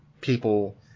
people